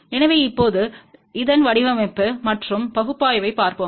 எனவே இப்போது இதன் வடிவமைப்பு மற்றும் பகுப்பாய்வைப் பார்ப்போம்